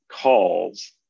calls